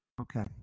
Okay